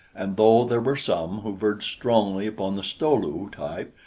and though there were some who verged strongly upon the sto-lu type,